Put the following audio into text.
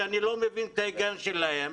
אני לא מבין את ההיגיון בזה.